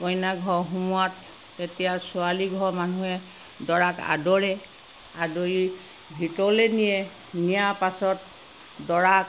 কইনাঘৰ সোমোৱাত তেতিয়া ছোৱালীঘৰৰ মানুহে দৰাক আদৰে আদৰি ভিতৰলৈ নিয়ে নিয়াৰ পাছত দৰাক